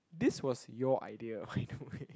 this was your idea by the way